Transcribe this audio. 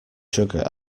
sugar